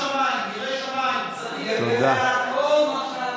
איך קוראים למי שמגן על נשים פדופיליות מהסגרה?